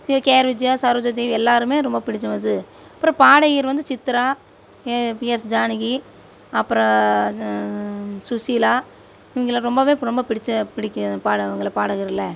இதே K R Vijaya Saroja Devi எல்லாருமே ரொம்ப பிடிச்ச அது அப்புறம் பாடகியர் வந்து Chitra A P S Janaki அப்புறம் வந்து சுசிலா இவங்கள ரொம்பவே ரொம்ப பிடித்த பிடிக்கும் அது பாட இவங்க பாடகர்களில்